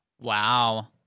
Wow